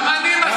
גם אני מסכים.